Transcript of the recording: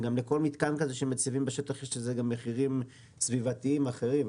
וגם לכל מתקן כזה שמציבים בשטח יש מחירים סביבתיים אחרים,